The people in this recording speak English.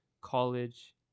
College